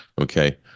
Okay